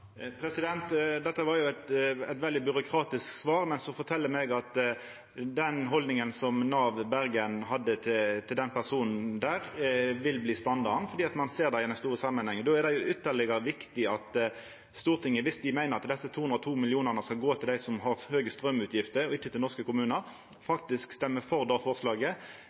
Dette var jo eit veldig byråkratisk svar, men det fortel meg at den haldninga Nav Bergen hadde til den personen, vil bli standarden, for ein ser det i den store samanhengen. Då er det ytterlegare viktig at Stortinget – viss ein meiner at desse 202 mill. kr skal gå til dei som har høge straumutgifter, ikkje til norske kommunar – faktisk stemmer for det forslaget.